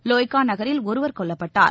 Loikaw நகரில் ஒருவர் கொல்லப்பட்டார்